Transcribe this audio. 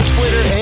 Twitter